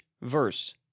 verse